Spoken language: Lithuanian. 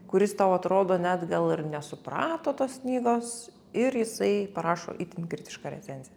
kuris tau atrodo net gal ir nesuprato tos knygos ir jisai parašo itin kritišką recenziją